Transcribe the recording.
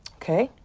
ok.